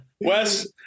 Wes